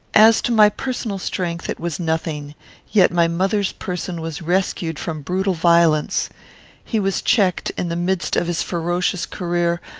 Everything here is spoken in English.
as to my personal strength, it was nothing yet my mother's person was rescued from brutal violence he was checked, in the midst of his ferocious career,